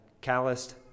calloused